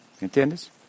¿entiendes